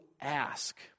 ask